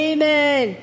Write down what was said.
Amen